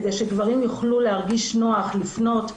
כדי שגברים יוכלו להרגיש נוח לפנות,